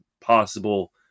possible